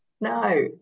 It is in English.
no